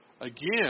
again